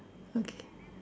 okay